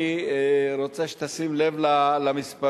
אני רוצה שתשים לב למספרים: